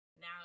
Now